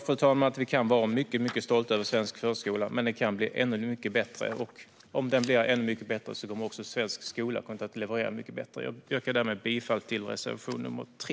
Jag tycker att vi kan vara mycket stolta över svensk förskola, men den kan bli ännu mycket bättre. Om den blir ännu mycket bättre kommer också svensk skola att leverera mycket bättre. Jag yrkar bifall till reservation nr 3.